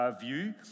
view